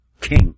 king